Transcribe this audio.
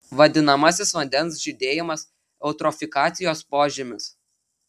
vadinamasis vandens žydėjimas eutrofikacijos požymis